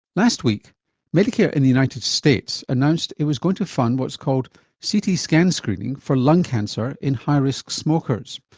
last week medicare in the united states announced it was going to fund what's called ct scan screening for lung cancer in high risk smokers.